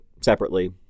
separately